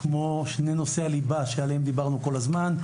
כמו שני נושאי הליבה שעליהם דיברנו כל הזמן,